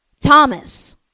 Thomas